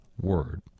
word